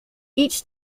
each